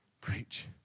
Preach